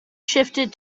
shifted